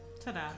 ta-da